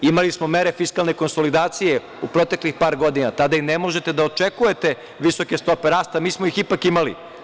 Imali smo mere fiskalne konsolidacije u proteklih par godina i tada i ne možete da očekujete visoke stope rasta, a mi smo ih ipak imali.